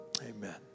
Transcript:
amen